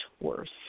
worse